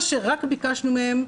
מה שרק ביקשנו מהם,